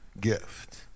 gift